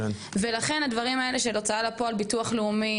לכן, הדברים האלה, כמו ביטוח לאומי